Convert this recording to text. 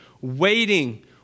waiting